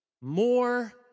more